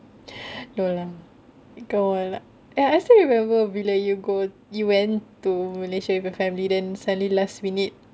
no lah come on lah I still remember bila you go you went to malaysia with your family then suddenly last minute